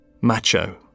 Macho